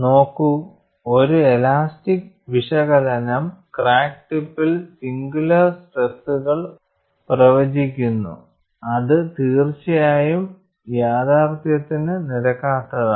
നോക്കൂ ഒരു ഇലാസ്റ്റിക് വിശകലനം ക്രാക്ക് ടിപ്പിൽ സിംഗുലാർ സ്ട്രെസുകൾ പ്രവചിക്കുന്നു അത് തീർച്ചയായും യാഥാർഥ്യത്തിന് നിരക്കാത്തതാണ്